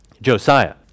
Josiah